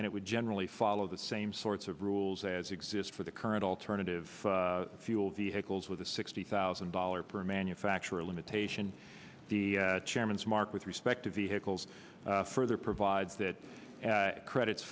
and it would generally follow the same sorts of rules as exist for the current alternative fuel vehicles with the sixty thousand dollars per manufacturer limitation the chairman's mark with respect to vehicles further provides that credits